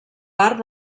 part